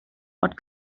what